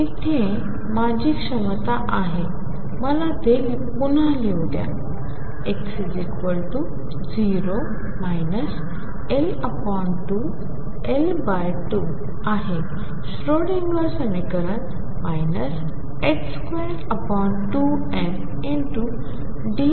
तर इथे माझी क्षमता आहे मला ते पुन्हा लिहू द्या x0 L2 L2 आहे श्रोडिंगर समीकरण 22md2dx2VxψEψ